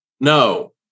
No